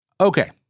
Okay